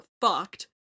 fucked